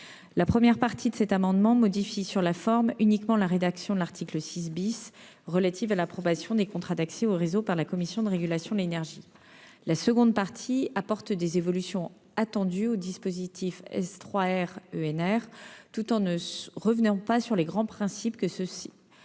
La première partie de l'amendement vise à modifier, sur la forme uniquement, la rédaction de l'article 6 relative à l'approbation des contrats d'accès au réseau par la Commission de régulation de l'énergie. La seconde partie apporte des évolutions attendues au dispositif des S3REnR, tout en ne revenant pas sur les grands principes de ces